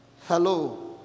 hello